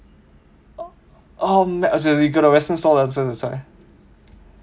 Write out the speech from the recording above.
um as in you go to western stall and saw the sign